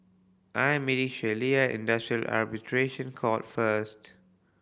I am meeting Sheilah Industrial Arbitration Court first